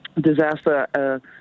disaster